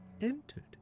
entered